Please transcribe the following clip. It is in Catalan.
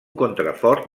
contrafort